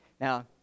now